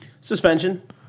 Suspension